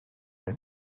and